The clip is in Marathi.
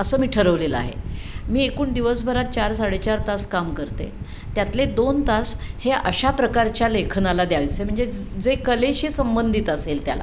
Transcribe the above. असं मी ठरवलेलं आहे मी एकूण दिवसभरात चार साडेचार तास काम करते त्यातले दोन तास हे अशा प्रकारच्या लेखनाला द्यावेसे म्हणजे जे कलेशी संबंधित असेल त्याला